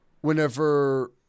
whenever –